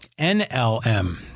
NLM